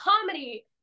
comedy